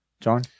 John